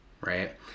right